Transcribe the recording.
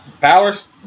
Powers